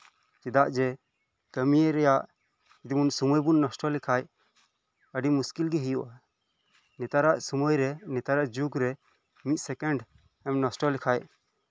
ᱪᱮᱫᱟᱜ ᱡᱮ ᱠᱟᱹᱢᱤ ᱨᱮᱭᱟᱜ ᱥᱳᱢᱳᱭ ᱵᱚᱱ ᱱᱚᱥᱴᱚ ᱞᱮᱠᱷᱟᱱ ᱟᱹᱰᱤ ᱢᱩᱥᱠᱤᱞ ᱜᱮ ᱦᱳᱭᱳᱜᱼᱟ ᱱᱮᱛᱟᱨᱟᱜ ᱥᱳᱢᱳᱭᱨᱮ ᱱᱮᱛᱟᱨᱟᱜ ᱡᱩᱜᱽ ᱨᱮ ᱢᱤᱫ ᱥᱮᱠᱮᱱᱰ ᱮᱢ ᱱᱚᱥᱴᱚ ᱞᱮᱠᱷᱟᱱ